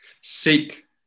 seek